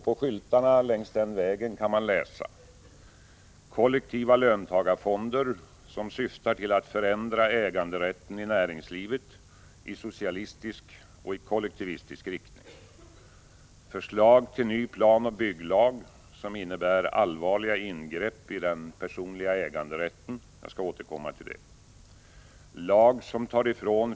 På skyltarna längs vägen kan man läsa: Herr talman!